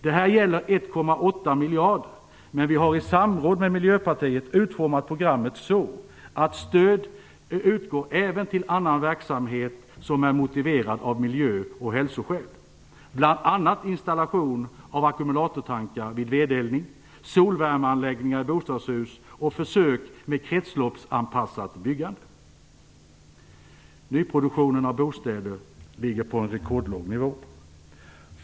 Det här gäller 1,8 miljarder, men vi har i samråd med Miljöpartiet utformat programmet så att stöd utgår även till annan verksamhet som är motiverad av miljö och hälsoskäl, bl.a. installation av ackumulatortankar vid vedeldning, solvärmeanläggningar i bostadshus och försök med kretsloppsanpassat byggande. Nyproduktionen av bostäder ligger på en rekordlåg nivå.